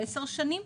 10 שנים.